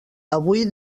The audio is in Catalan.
avui